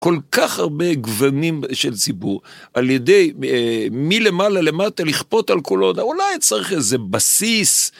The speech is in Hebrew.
כל כך הרבה גוונים של ציבור על ידי מלמעלה למטה לכפות על כולו, אולי צריך איזה בסיס.